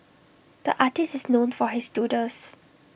the artist is known for his doodles